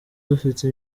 dufite